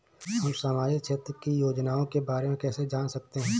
हम सामाजिक क्षेत्र की योजनाओं के बारे में कैसे जान सकते हैं?